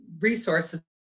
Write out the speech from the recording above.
resources